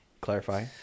clarify